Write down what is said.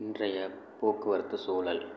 இன்றைய போக்குவரத்து சூழல்